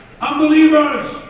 Unbelievers